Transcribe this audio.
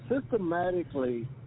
systematically